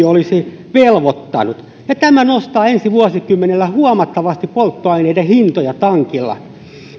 olisi velvoittanut ja tämä nostaa ensi vuosikymmenellä huomattavasti polttoaineiden hintoja tankilla